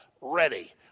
ready